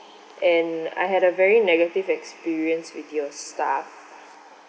and I had a very negative experience with your staff